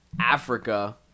Africa